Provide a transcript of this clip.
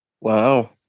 Wow